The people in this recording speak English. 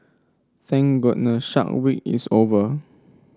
thank goodness Shark Week is over